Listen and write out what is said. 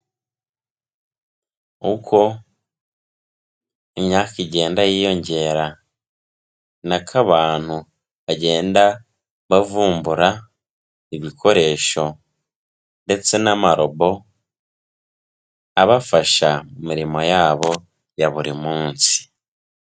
Uko imyaka igenda yiyongera ninako abantu bagenda bavumbura ibikoresho ndetse n'amarobo abafasha mu mirimo yabo ya buri munsi.